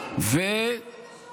מה עם העיתונאים?